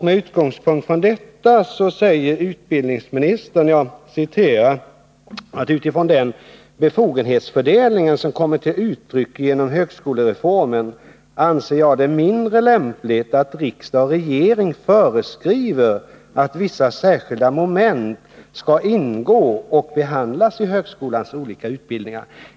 Med utgångspunkt från detta säger utbildningsministern: ”Utifrån den befogenhetsfördelning som kommit till uttryck genom högskolereformen anser jag det mindre lämpligt att riksdag och regering föreskriver att vissa särskilda moment skall ingå och behandlas i högskolans olika utbildningar.